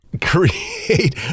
create